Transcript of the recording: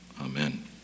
Amen